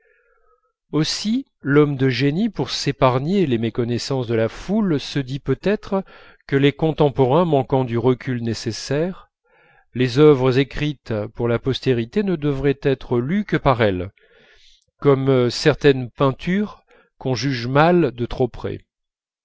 aussi l'homme de génie pour s'épargner les méconnaissances de la foule se dit peut-être que les contemporains manquant du recul nécessaire les œuvres écrites pour la postérité ne devraient être lues que par elle comme certaines peintures qu'on juge mal de trop près